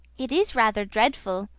it is rather dreadful.